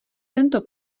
tento